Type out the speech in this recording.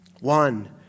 One